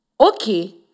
Okay